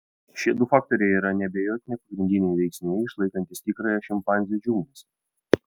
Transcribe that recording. šie du faktoriai yra neabejotinai pagrindiniai veiksniai išlaikantys tikrąją šimpanzę džiunglėse